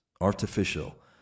artificial